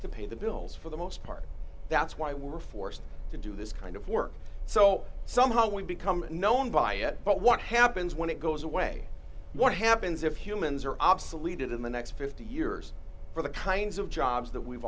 to pay the bills for the most part that's why we're forced to do this kind of work so somehow we become known by it but what happens when it goes away what happens if humans are obsolete in the next fifty years for the kinds of jobs that we've